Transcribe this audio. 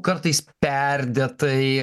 kartais perdėtai